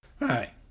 Hi